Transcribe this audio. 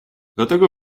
dlatego